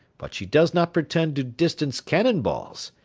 but she does not pretend to distance cannon-balls,